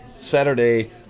Saturday